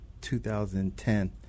2010